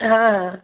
হ্যাঁ